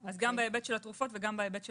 אז גם בהיבט של התרופות וגם בהיבט של